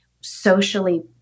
socially